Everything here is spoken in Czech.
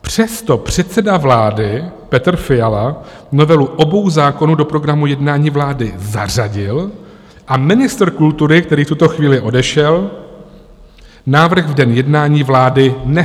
Přesto předseda vlády Petr Fiala novelu obou zákonů do programu jednání vlády zařadil a ministr kultury, který v tuto chvíli odešel, návrh v den jednání vlády nestáhl.